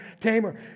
tamer